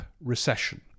recession